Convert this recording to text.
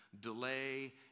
delay